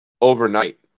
overnight